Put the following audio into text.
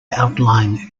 outlying